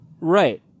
Right